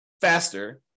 faster